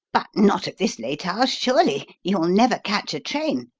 but not at this late hour, surely? you will never catch a train.